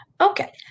Okay